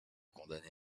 condamné